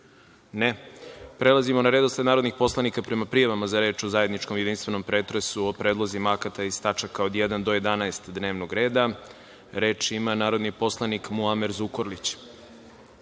(Ne)Prelazimo na redosled narodnih poslanika prema prijavama za reč u zajedničkom jedinstvenom pretresu o predlozima akata iz tačaka od 1. do 11. dnevnog reda. Reč ima narodni poslanik Muamer Zukorlić.